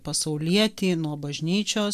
pasaulietį nuo bažnyčios